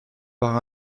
par